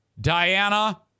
Diana